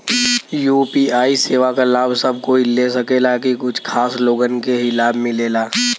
UPI सेवा क लाभ सब कोई ले सकेला की कुछ खास लोगन के ई लाभ मिलेला?